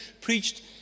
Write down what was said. preached